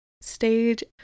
stage